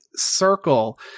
circle